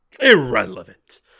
irrelevant